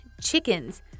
chickens